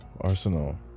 arsenal